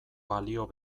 balio